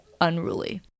unruly